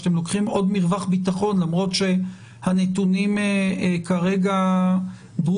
שאתם לוקחים עוד מרווח ביטחון למרות שהנתונים כרגע ברורים?